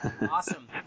Awesome